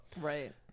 Right